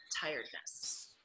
tiredness